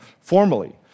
formally